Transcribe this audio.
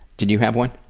do do you have one,